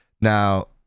Now